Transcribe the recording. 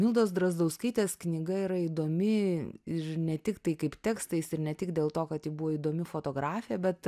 mildos drazdauskaitės knyga yra įdomi ir ne tiktai kaip tekstais ir ne tik dėl to kad ji buvo įdomi fotografė bet